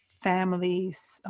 families